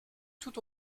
tout